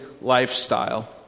lifestyle